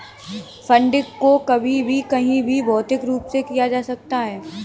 funding को कभी भी कहीं भी भौतिक रूप से किया जा सकता है